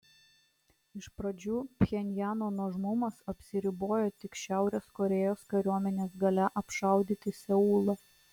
iš pradžių pchenjano nuožmumas apsiribojo tik šiaurės korėjos kariuomenės galia apšaudyti seulą